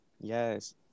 yes